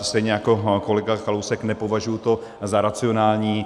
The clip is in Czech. Stejně jako kolega Kalousek to nepovažuji za racionální.